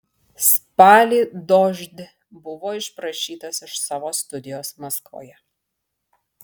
spalį dožd buvo išprašytas iš savo studijos maskvoje